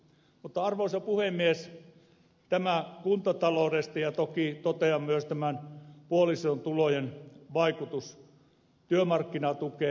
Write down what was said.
mutta arvoisa puhemies tämä kuntataloudesta ja toki totean myös tämän puolison tulojen vaikutuksen työmarkkinatukeen